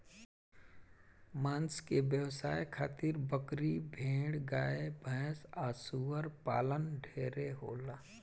मांस के व्यवसाय खातिर बकरी, भेड़, गाय भैस आ सूअर पालन ढेरे होला